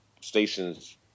stations